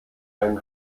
ein